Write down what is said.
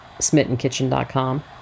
smittenkitchen.com